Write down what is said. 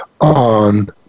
on